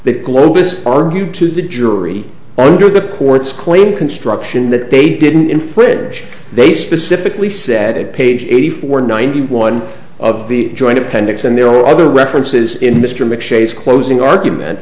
that globus argued to the jury under the court's claim construction that they didn't infringe they specifically said page eighty four ninety one of the joint appendix and there are other references in mr mcshane's closing argument